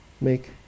make